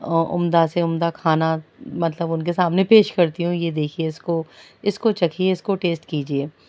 عمدہ سے عمدہ کھانا مطلب ان کے سامنے پیش کرتی ہوں یہ دیکھیے اس کو اس کو چکھیے اس کو ٹیسٹ کیجیے